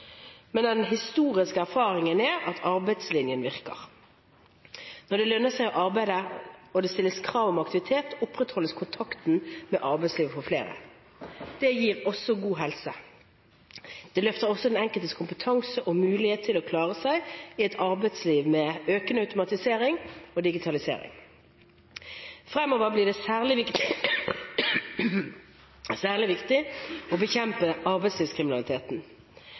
Men den historiske erfaringen er at arbeidslinjen virker. Når det lønner seg å arbeide og det stilles krav om aktivitet, opprettholdes kontakten med arbeidslivet for flere. Det gir god helse. Det løfter også den enkeltes kompetanse og mulighet til å klare seg i et arbeidsliv med økende automatisering og digitalisering. Fremover blir det særlig viktig å bekjempe arbeidslivskriminaliteten.